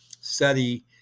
study